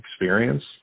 experience